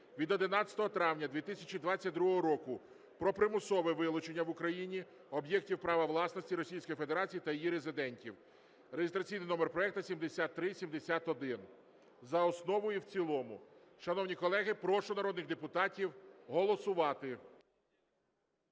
від 11 травня 2022 року "Про примусове вилучення в Україні об'єктів права власності Російської Федерації та її резидентів" (реєстраційний номер проекту 7371) за основу і в цілому. Шановні колеги, прошу народних депутатів голосувати.